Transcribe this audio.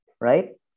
right